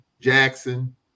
Jackson